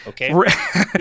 Okay